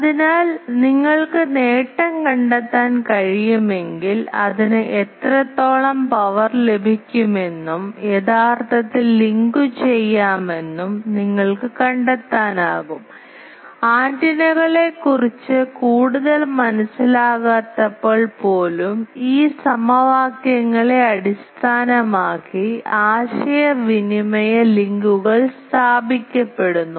അതിനാൽ നിങ്ങൾക്ക് നേട്ടം കണ്ടെത്താൻ കഴിയുമെങ്കിൽ അതിന് എത്രത്തോളം പവർ ലഭിക്കുമെന്നും യഥാർത്ഥത്തിൽ ലിങ്കുചെയ്യാമെന്നും നിങ്ങൾക്ക് കണ്ടെത്താനാകും ആന്റിനകളെക്കുറിച്ച് കൂടുതൽ മനസ്സിലാകാത്തപ്പോൾ പോലും ഈ സമവാക്യങ്ങളെ അടിസ്ഥാനമാക്കി ആശയവിനിമയ ലിങ്കുകൾ സ്ഥാപിക്കപ്പെടുന്നു